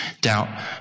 doubt